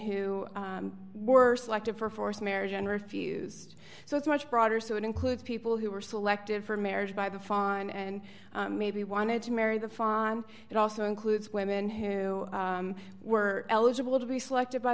who were selected for forced marriage and refused so it's much broader so it includes people who were selected for marriage by the fon and maybe wanted to marry the farm it also includes women who were eligible to be selected by